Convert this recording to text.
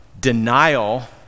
denial